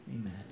amen